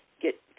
get